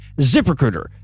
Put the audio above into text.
ZipRecruiter